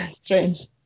strange